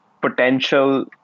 potential